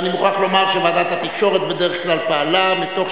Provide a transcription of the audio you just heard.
ואני מוכרח לומר שוועדת התקשורת בדרך כלל פעלה מתוך